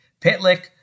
Pitlick